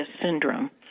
syndrome